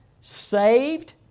Saved